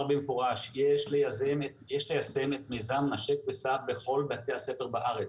במפורש: יש ליישם את מיזם "נשק וסע" בכל בתי הספר בארץ.